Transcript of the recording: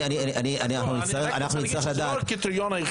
אני רק רוצה להגיד שזה לא הקריטריון היחידי.